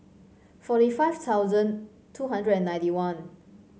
forty five thousand two hundred and ninety one